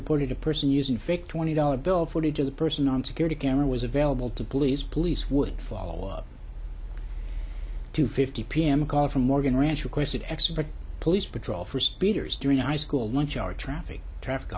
reported a person using fake twenty dollar bill forty to the person on security camera was available to police police would follow up two fifty p m call from morgan ranch requested expert police patrol for speeders during a high school lunch hour traffic traffic